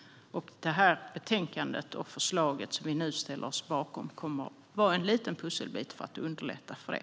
Detta betänkande och det förslag som vi nu ställer oss bakom kommer att vara en liten pusselbit för att underlätta för det.